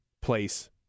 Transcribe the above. place